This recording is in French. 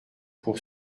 pour